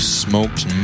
smoked